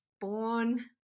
born